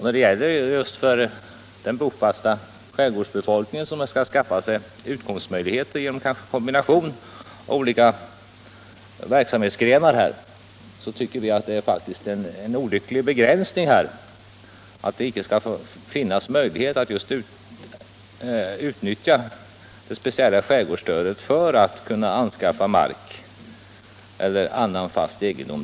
När det gäller den bofasta skärgårdsbefolkningen, som ofta har att skaffa sig utkomstmöjligheter genom kombination av olika näringsgrenar, tycker vi att det är en olycklig begränsning att det inte skall finnas möjlighet att utnyttja det speciella skärgårdsstödet för anskaffning av mark eller annan fast egendom.